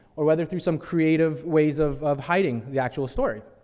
or whether through some creative ways of, of hiding the actual story.